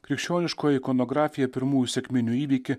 krikščioniškoji ikonografija pirmųjų sekminių įvykį